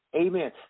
Amen